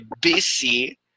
busy